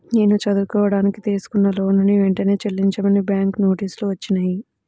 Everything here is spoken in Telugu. నేను చదువుకోడానికి తీసుకున్న లోనుని వెంటనే చెల్లించమని బ్యాంకు నోటీసులు వచ్చినియ్యి